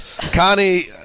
Connie